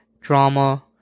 drama